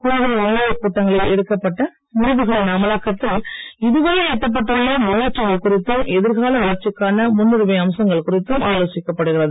குழுவின் முந்தைய கூட்டங்களில் எடுக்கப்பட்ட முடிவுகளின் அமலாக்கத்தில் இதுவரை எட்டப்பட்டுள்ள முன்னேற்றங்கள் குறித்தும் எதிர்கால வளர்ச்சிக்கான முன்னுரிமை அம்சங்கள் குறித்தும் ஆலோசிக்கப்படுகிறது